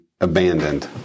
abandoned